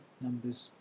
numbers